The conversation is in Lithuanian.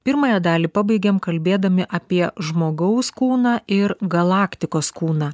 pirmąją dalį pabaigėm kalbėdami apie žmogaus kūną ir galaktikos kūną